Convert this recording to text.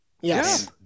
Yes